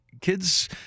kids